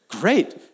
great